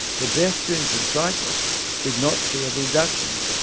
pedestrians and cyclists did not share the reductions,